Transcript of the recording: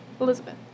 Elizabeth